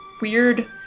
weird